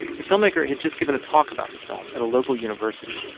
the filmmaker had just given a talk about the film at a local university.